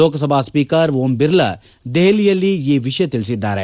Lok Sabha speaker Om Birla ದೆಹಲಿಯಲ್ಲಿ ಈ ವಿಷಯ ತಿಳಿಸಿದ್ದಾರೆ